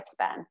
lifespan